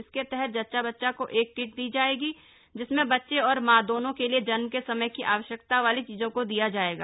इसके तहत जच्चा बच्चा को एक किट दी जाएगी जिसमें बच्चे और मां दोनों के लिए जन्म के समय की आवश्यकता वाली चीजों को दिया जाएगा